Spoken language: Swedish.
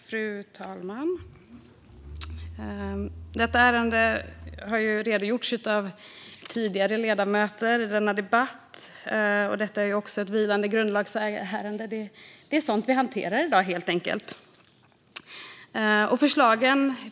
Fru talman! Tidigare ledamöter har redogjort för detta ärende i denna debatt. Det är ett vilande grundlagsärende. Det är sådant som vi hanterar i dag, helt enkelt.